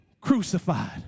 crucified